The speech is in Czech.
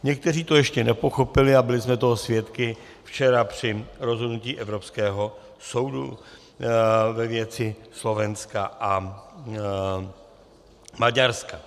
Někteří to ještě nepochopili, a byli jsme toho svědky včera při rozhodnutí Evropského soudu ve věci Slovenska a Maďarska.